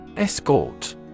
Escort